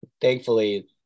thankfully